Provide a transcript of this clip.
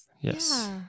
Yes